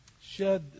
shed